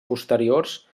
posteriors